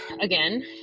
again